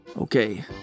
Okay